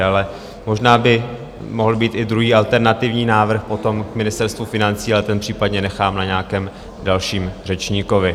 Ale možná by mohl být i druhý alternativní návrh potom k Ministerstvu financí, ale ten případně nechám na nějakém dalším řečníkovi.